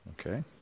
Okay